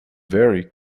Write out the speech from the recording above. very